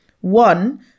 One